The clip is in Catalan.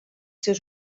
seus